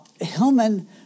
Hillman